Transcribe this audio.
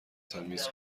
تمیز